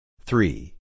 Three